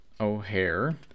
O'Hare